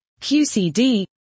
QCD